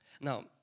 Now